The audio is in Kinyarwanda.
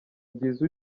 byiza